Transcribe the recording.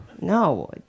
No